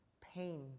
pain